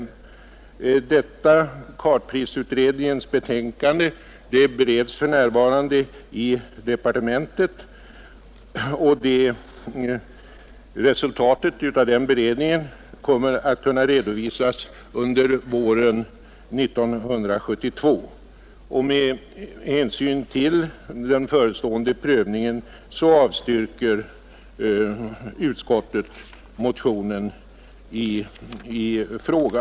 Kartprisutredningens betänkande beredes för närvarande i departementet, och resultatet av den beredningen kommer att kunna redovisas under våren 1972. Med hänsyn till den förestående prövningen avstyrker utskottet motionen i fråga.